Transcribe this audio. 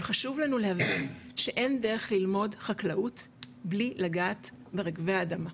אבל חשוב לנו להבין שאין דרך ללמוד חקלאות בלי לגעת ברגבי האדמה,